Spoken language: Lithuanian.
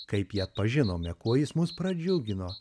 kaip jį pažinome kuo jis mus pradžiugino